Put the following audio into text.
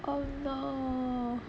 oh no